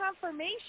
confirmation